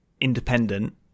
independent